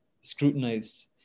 scrutinized